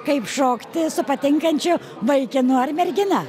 kaip šokti su patinkančiu vaikinu ar mergina